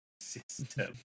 system